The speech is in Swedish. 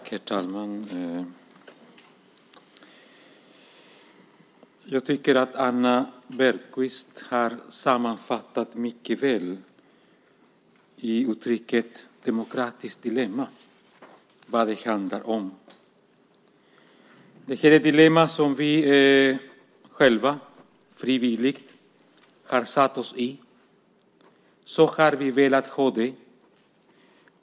Herr talman! Jag tycker att Anna Bergkvist i uttrycket "demokratiskt dilemma" har sammanfattat mycket väl vad det handlar om. Det är ett dilemma som vi själva frivilligt har försatt oss i. Så här har vi velat ha det.